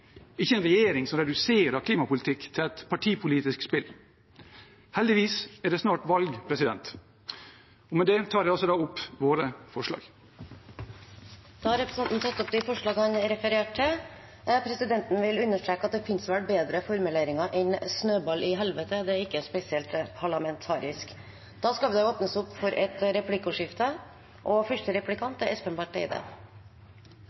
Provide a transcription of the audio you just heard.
ikke en regjering som reduserer klimapolitikk til et partipolitisk spill. Heldigvis er det snart valg. Med det tar jeg opp Miljøpartiet De Grønnes forslag. Representanten Per Espen Stoknes har tatt opp det forslaget han refererte til. Presidenten vil understreke at det vel finnes bedre formuleringer enn «snøball i helvete» – det er ikke spesielt parlamentarisk. Det blir replikkordskifte. Representanten Stoknes holdt et godt innlegg som det